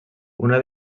una